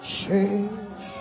change